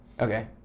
Okay